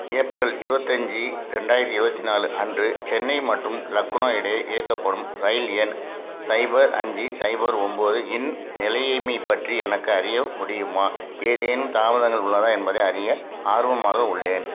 April இருபத்தஞ்சி ரெண்டாயிரத்தி இருபத்தி நாலு அன்று சென்னை மற்றும் லக்னோ இடையே இயக்கப்படும் ரயில் எண் சைபர் அஞ்சு சைபர் ஒன்போது இன் நிலைமைப் பற்றி எனக்கு அறிய முடியுமா ஏதேனும் தாமதங்கள் உள்ளதா என்பதை அறிய ஆர்வமாக உள்ளேன்